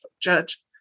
judge